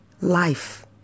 life